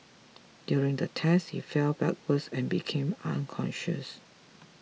during the test he fell backwards and became unconscious